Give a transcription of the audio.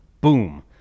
boom –